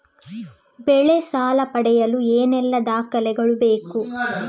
ಬೆಳೆ ಸಾಲ ಪಡೆಯಲು ಏನೆಲ್ಲಾ ದಾಖಲೆಗಳು ಬೇಕು?